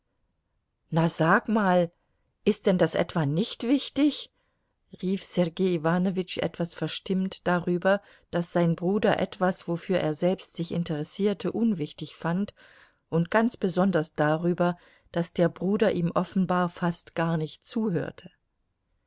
na sag mal ist denn das etwa nicht wichtig rief sergei iwanowitsch etwas verstimmt darüber daß sein bruder etwas wofür er selbst sich interessierte unwichtig fand und ganz besonders darüber daß der bruder ihm offenbar fast gar nicht zuhörte